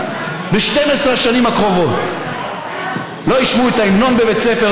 ב-12 השנים הקרובות לא ישמעו את ההמנון בבית הספר,